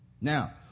Now